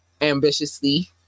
ambitiously